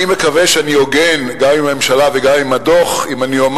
אני מקווה שאני הוגן גם עם הממשלה וגם עם הדוח אם אני אומר: